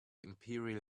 imperial